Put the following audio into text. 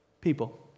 People